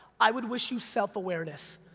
i would wish you self-awareness.